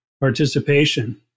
participation